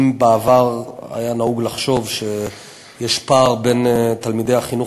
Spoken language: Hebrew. אם בעבר היה נהוג לחשוב שיש פער בין תלמידי החינוך